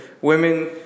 women